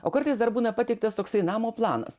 o kartais dar būna pateiktas toksai namo planas